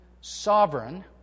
sovereign